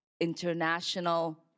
international